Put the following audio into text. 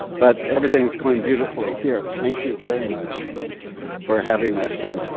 but everything's going beautifully here. thank you very much for having us. and